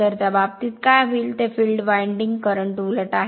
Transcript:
तर त्या बाबतीत काय होईल ते फिल्ड विंडिंग करंट उलट आहे